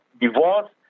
divorce